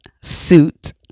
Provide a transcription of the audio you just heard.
suit